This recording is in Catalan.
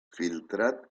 filtrat